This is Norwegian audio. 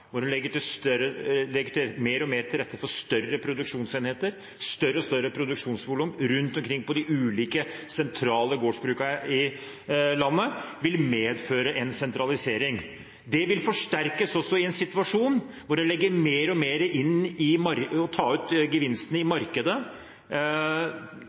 hvor en legger mer og mer til rette for større produksjonsenheter og stadig større produksjonsvolum rundt omkring på de ulike sentrale gårdsbrukene i landet, vil medføre en sentralisering. Det vil også forsterkes i en situasjon hvor en legger mer og mer vinn på å ta ut gevinstene i